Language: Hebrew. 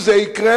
אם זה יקרה,